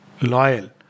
loyal